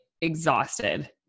exhausted